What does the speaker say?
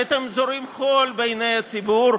הרי אתם זורים חול בעיני הציבור